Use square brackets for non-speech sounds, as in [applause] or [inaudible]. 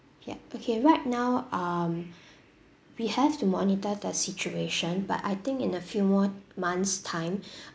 ya okay right now um we have to monitor the situation but I think in a few more months time [breath]